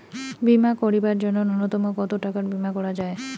বীমা করিবার জন্য নূন্যতম কতো টাকার বীমা করা যায়?